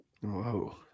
whoa